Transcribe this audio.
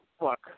look